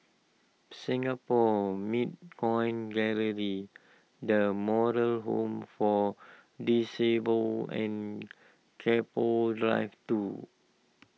Singapore Mint Coin Gallery the Moral Home for Disabled and Keppel Drive two